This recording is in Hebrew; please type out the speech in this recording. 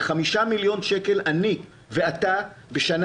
בחמישה מיליון שקל אני ואתה אומרים בשנה